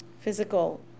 physical